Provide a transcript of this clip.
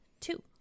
two